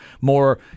more